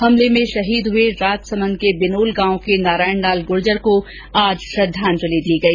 हमले में शहीद हुए राजसमंद के बिनोल गांव के नारायण लाल गुर्जर को आज श्रद्वांजलि दी गई